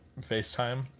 facetime